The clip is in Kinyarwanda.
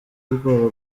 ubwoba